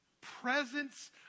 presence